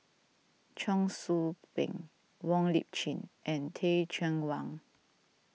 Cheong Soo Pieng Wong Lip Chin and Teh Cheang Wan